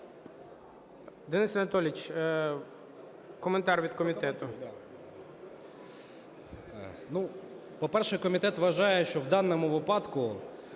Денис Анатолійович, коментар від комітету.